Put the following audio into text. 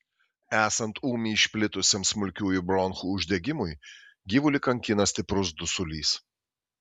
esant ūmiai išplitusiam smulkiųjų bronchų uždegimui gyvulį kankina stiprus dusulys